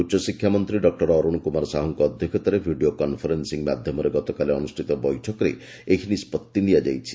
ଉଚ୍ଚଶିକ୍ଷାମନ୍ତୀ doctor Arun Kumar ସାହୁଙ୍କ ଅଧ୍ଘକ୍ଷତାରେ video conferencing ମାଧ୍ଘମରେ ଗତକାଲି ଅନୁଷ୍ଡିତ ବୈଠକରେ ଏହି ନିଷ୍ବଭି ନିଆଯାଇଛି